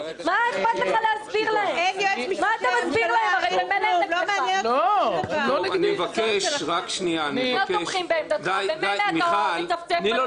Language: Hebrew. מה אתה מסביר אם הם לא תומכים בעמדתך ממילא?